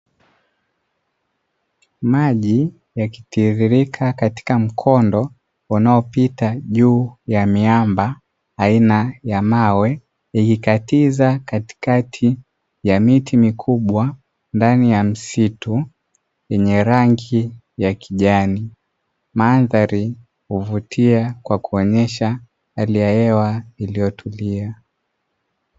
Maji yakitirika katika mkondo wanaopita juu ya miamba aina ya mawe, ikikatiza katikati ya miti mikubwa ndani ya msitu yenye rangi ya kijani, mandhari huvutia kwa kuonyesha hali ya hewa iliyotulia.